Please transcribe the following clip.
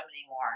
anymore